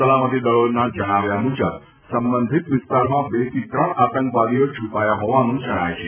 સલામતી દળોના જણાવ્યા મુજબ સંબંધિત વિસ્તારમાં બે થી ત્રણ આતંકવાદીઓ છૂપાયા હોવાનું જણાય છે